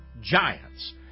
giants